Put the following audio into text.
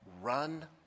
Run